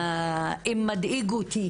האם מדאיג אותי